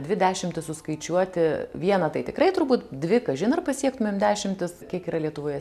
dvi dešimtis suskaičiuoti vieną tai tikrai turbūt dvi kažin ar pasiektumėm dešimtis kiek yra lietuvoje